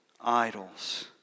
idols